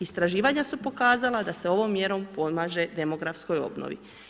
Istraživanja su pokazala da se ovom mjerom pomaže demografskoj obnovi.